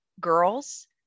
girls